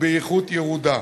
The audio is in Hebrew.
ובאיכות ירודה.